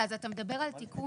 אתה מדבר על תיקון